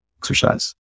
exercise